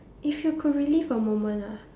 if you could relive a moment ah